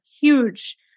huge